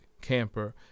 Camper